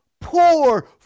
poor